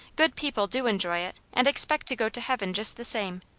good people do enjoy it, and expect to go to heaven just the same.